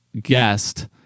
guest